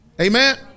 Amen